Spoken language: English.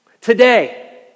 Today